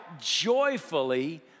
joyfully